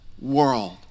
world